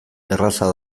erraza